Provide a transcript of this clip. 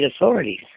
authorities